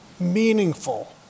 meaningful